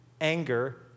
anger